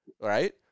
Right